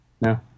No